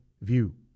view